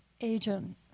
agent